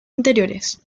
interiores